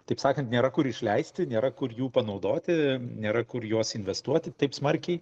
taip sakant nėra kur išleisti nėra kur jų panaudoti nėra kur juos investuoti taip smarkiai